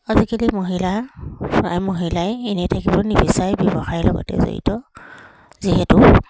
আজিকালি মহিলা প্ৰায় মহিলাই এনেই থাকিব নিবিচাই ব্যৱসায়ৰ লগতে জড়িত যিহেতু